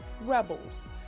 rebels